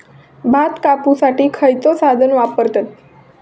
भात कापुसाठी खैयचो साधन वापरतत?